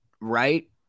right